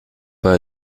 pas